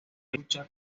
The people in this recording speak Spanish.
lucha